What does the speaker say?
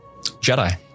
Jedi